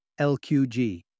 LQG